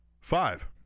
Five